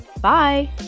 Bye